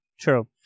true